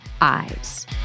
eyes